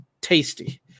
tasty